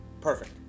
perfect